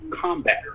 combat